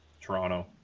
Toronto